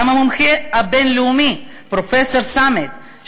גם המומחה הבין-לאומי פרופסור סאמט,